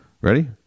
Ready